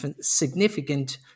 significant